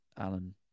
Alan